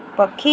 ପକ୍ଷୀ